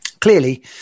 Clearly